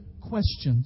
questions